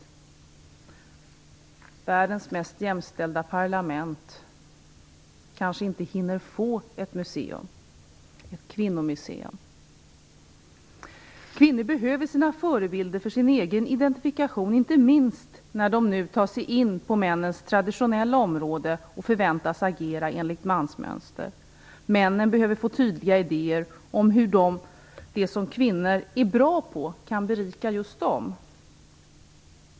Världens mest jämställda parlament kanske inte hinner få ett kvinnomuseum. Kvinnor behöver sina förebilder för sin egen identifikation, inte minst när de nu tar sig in på männens traditionella områden och förväntas att agera enligt mansmönster. Männen behöver få tydliga idéer om hur det som kvinnor är bra på kan berika just dem.